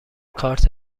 کارت